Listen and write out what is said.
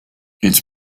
its